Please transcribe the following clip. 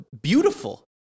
beautiful